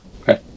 Okay